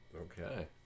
Okay